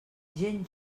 gent